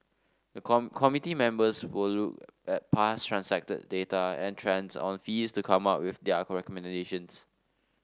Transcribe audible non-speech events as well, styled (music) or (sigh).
the come committee members will look at past transacted data and trends on fees to come up with their (unintelligible)